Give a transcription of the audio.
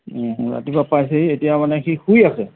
ৰাতিপুৱা পাইছেহি এতিয়া মানে সি শুই আছে